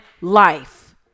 life